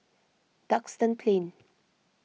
Duxton Plain